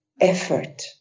effort